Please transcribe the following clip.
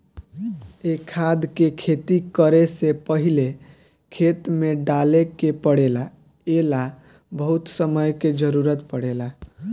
ए खाद के खेती करे से पहिले खेत में डाले के पड़ेला ए ला बहुत समय के जरूरत पड़ेला